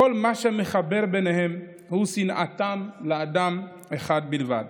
כל מה שמחבר ביניהם הוא שנאתם לאדם אחד בלבד,